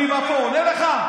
אני בא לפה ועונה לך?